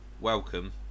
welcome